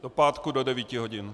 Do pátku do devíti hodin.